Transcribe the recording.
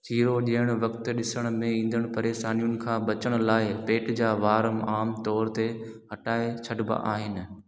Chiro ॾियण वक़्तु ॾिसण में ईंदण परेशानियुनि खां बचण लाइ पेट जा वार आम तौर ते हटाइ छॾिबा आहिनि